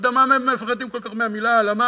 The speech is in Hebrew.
אני לא יודע למה מפחדים כל כך מהמילה הלאמה,